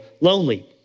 lonely